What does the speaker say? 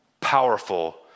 powerful